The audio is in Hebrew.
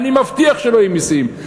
אני מבטיח שלא יהיו מסים.